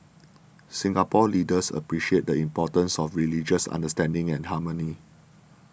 Singapore leaders appreciate the importance of religious understanding and harmony